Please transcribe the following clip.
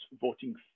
voting